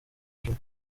juma